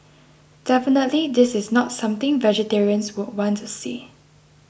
definitely this is not something vegetarians would want to see